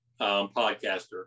podcaster